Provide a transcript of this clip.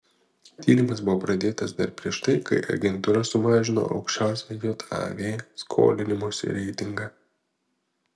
tyrimas buvo pradėtas dar prieš tai kai agentūra sumažino aukščiausią jav skolinimosi reitingą